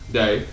day